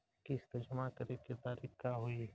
किस्त जमा करे के तारीख का होई?